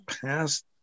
past